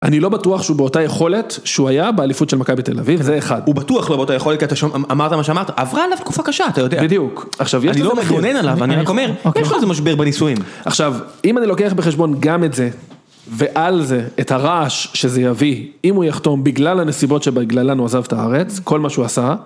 אני לא בטוח שהוא באותה יכולת שהוא היה באליפות של מקאי בתל אביב, זה אחד. הוא בטוח לא באותה יכולת, כי אתה אמרת מה שאמרת, עברה עליו תקופה קשה, אתה יודע. בדיוק. עכשיו, יש לזה... אני לא מגונן עליו, אני רק אומר, יש לזה מושבר בנישואים. עכשיו, אם אני לוקח בחשבון גם את זה, ועל זה, את הרעש שזה יביא, אם הוא יחתום בגלל הנסיבות שבגללן הוא עזב את ארץ, כל מה שהוא עשה...